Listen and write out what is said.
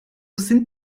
sind